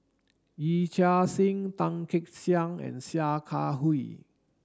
Yee Chia Hsing Tan Kek Hiang and Sia Kah Hui